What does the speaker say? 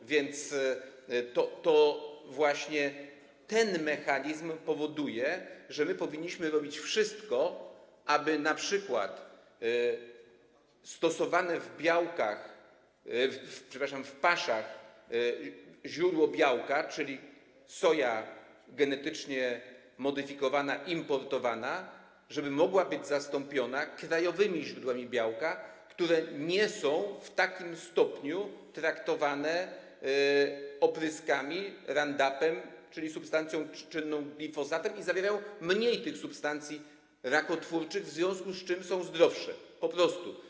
A więc to właśnie ten mechanizm powoduje, że my powinniśmy robić wszystko, aby np. stosowane w paszach źródło białka, czyli soja genetycznie modyfikowana importowana, mogła być zastąpiona krajowymi źródłami białka, które nie są w takim stopniu traktowane opryskami Roundupem, czyli substancją czynną glifosat, i zawierają mniej tych substancji rakotwórczych, w związku z czym są po prostu zdrowsze.